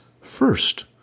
first